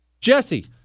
Jesse